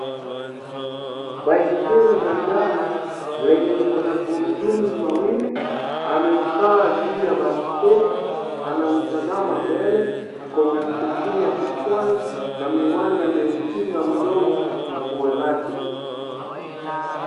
Baiskeli la njano, lenye liko na gurudumu mawili, amekaa juu ya baiskeli, anautazama mbele, ako na kofia kichwani, na miwani ameukinga mdomo na pua lake.